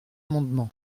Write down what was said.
amendement